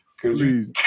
please